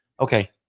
Okay